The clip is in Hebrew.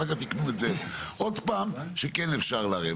אחר כך תיקנו את זה עוד פעם שכן אפשר לערב.